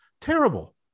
Terrible